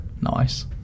Nice